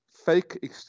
Fake